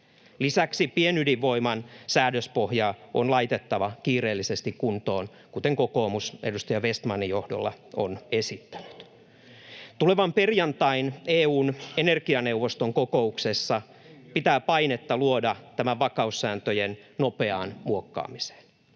Lisäksi pienydinvoiman säädöspohja on laitettava kiireellisesti kuntoon, kuten kokoomus edustaja Vestmanin johdolla on esittänyt. Tulevan perjantain EU:n energianeuvoston kokouksessa pitää luoda painetta vakaussääntöjen nopeaan muokkaamiseen.